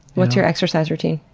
what's your exercise routine?